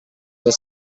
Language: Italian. del